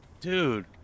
Dude